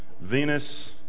Venus